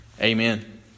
Amen